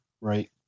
right